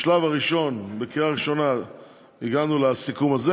בשלב הראשון, בקריאה הראשונה הגענו לסיכום הזה.